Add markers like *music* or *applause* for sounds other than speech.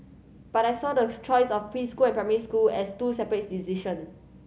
but I saw the *unintelligible* choice of preschool and primary school as two separate decision